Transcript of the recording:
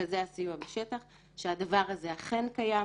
של מרכזי הסיוע בשטח שהדבר הזה אכן קיים,